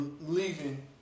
leaving